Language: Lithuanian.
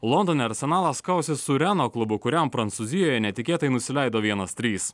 londone arsenalas kausis su reno klubu kuriam prancūzijoje netikėtai nusileido vienas trys